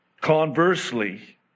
Conversely